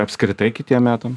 apskritai kitiem metam